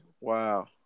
Wow